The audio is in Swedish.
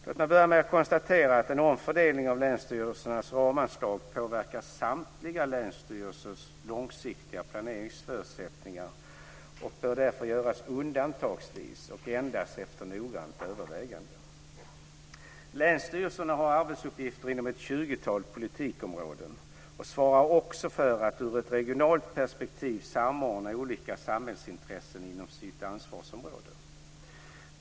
Låt mig börja med att konstatera att en omfördelning av länsstyrelsernas ramanslag påverkar samtliga länsstyrelsers långsiktiga planeringsförutsättningar och bör därför göras undantagsvis och endast efter noggrant övervägande. Länsstyrelserna har arbetsuppgifter inom ett tjugotal politikområden och svarar också för att, ur ett regionalt perspektiv, samordna olika samhällsintressen inom sitt ansvarsområde.